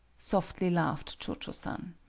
softly laughed cho-cho-san.